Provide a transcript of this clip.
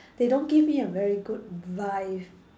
they don't give me a very good vibe